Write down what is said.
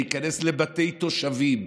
להיכנס לבתי תושבים,